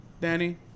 Danny